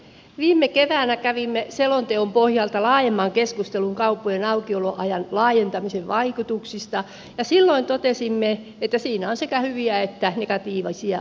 viime keväänä kävimme selonteon pohjalta laajemman keskustelun kauppojen aukioloajan laajentamisen vaikutuksista ja silloin totesimme että siinä on sekä hyviä että negatiivisia asioita